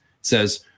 says